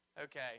Okay